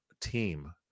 team